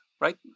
right